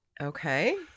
Okay